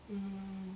mm